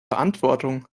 verantwortung